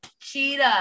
cheetah